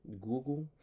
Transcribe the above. Google